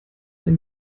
sein